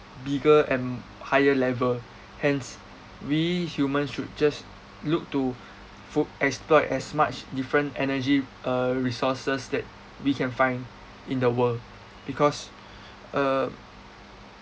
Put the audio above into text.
bigger and higher level hence we humans should just look to fu~ exploit as much different energy uh resources that we can find in the world because uh